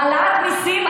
העלאת מיסים,